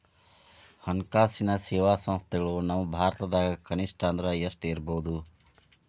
ಹಣ್ಕಾಸಿನ್ ಸೇವಾ ಸಂಸ್ಥೆಗಳು ನಮ್ಮ ಭಾರತದಾಗ ಕನಿಷ್ಠ ಅಂದ್ರ ಎಷ್ಟ್ ಇರ್ಬಹುದು?